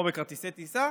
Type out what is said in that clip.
כמו בכרטיסי טיסה,